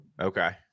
Okay